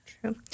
True